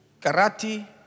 karate